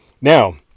Now